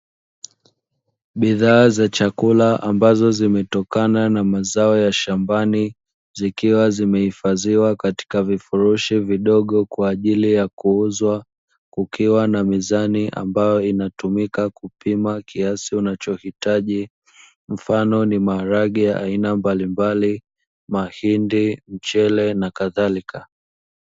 Bidhaa za chakula ambazo zimetokana na mazao ya shambani, zikiwa zimehifadhiwa katika vifurushi vidogo kwa ajili ya kuuzwa; kukiwa na mizani ambayo inatumika kupima kiasi unachohitaji mfano ni: maharage ya aina mbalimbali, mahindi, mchele, na kadhalika.